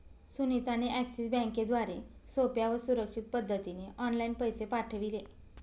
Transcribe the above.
सुनीता ने एक्सिस बँकेद्वारे सोप्या व सुरक्षित पद्धतीने ऑनलाइन पैसे पाठविले